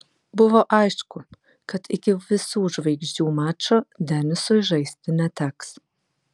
buvo aišku kad iki visų žvaigždžių mačo denisui žaisti neteks